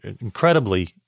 incredibly